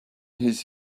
his